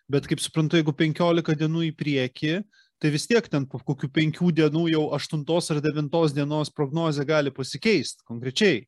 bet kaip suprantu jeigu penkiolika dienų į priekį tai vis tiek ten po kokių penkių dienų jau aštuntos ar devintos dienos prognozė gali pasikeisti konkrečiai